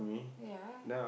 ya